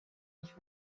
nicht